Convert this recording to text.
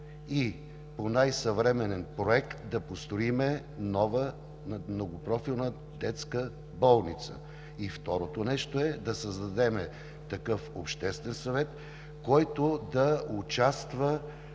и по най-съвременен проект да построим нова многопрофилна детска болница. И второто нещо е да създадем такъв обществен съвет, който да участва,